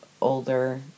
older